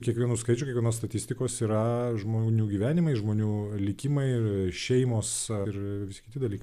kiekvienų skaičių kiekvienos statistikos yra žmonių gyvenimai žmonių likimai ir šeimos ar visi kiti dalykai